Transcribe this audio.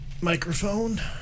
microphone